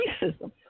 racism